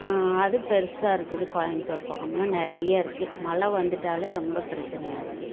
அது பெருசாக இருக்குது கோயமுத்தூர் பக்கம் நிறைய இருக்குது மழை வந்துட்டால் ரொம்ப பிரச்சனையாக இருக்குது